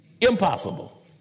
Impossible